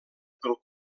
pel